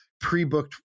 pre-booked